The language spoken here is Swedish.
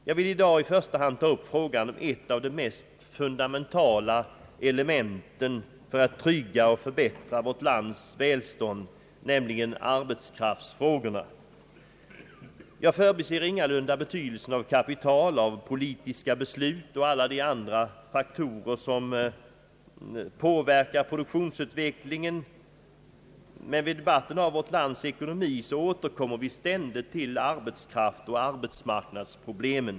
Jag vill i dag i första hand ta upp frågan om ett av de mest fundamentala elementen för att trygga och förbättra vårt lands välstånd, nämligen arbetskraftsfrågorna. Jag förbiser ingalunda betydelsen av kapital, politiska beslut och alla de andra faktorer, som påverkar produktionsutvecklingen, men vid debatten om vårt lands ekonomi återkommer vi ständigt till arbetskraftsoch arbetsmarknadsproblemen.